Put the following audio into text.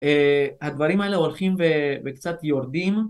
הדברים האלה הולכים וקצת יורדים